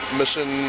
mission